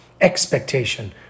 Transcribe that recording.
expectation